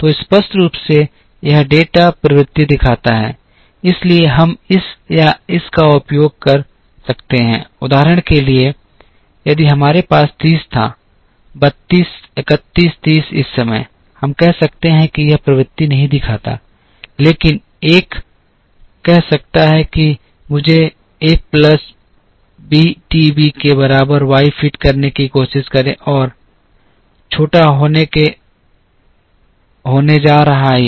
तो स्पष्ट रूप से यह डेटा प्रवृत्ति दिखाता है इसलिए हम इस या इस का उपयोग कर सकते हैं उदाहरण के लिए यदि हमारे पास 30 था 32 31 30 इस समय हम कह सकते हैं कि यह प्रवृत्ति नहीं दिखाता है लेकिन एक कह सकता है कि मुझे एक प्लस बीटीबी के बराबर y फिट करने की कोशिश करें और छोटा होने जा रहा है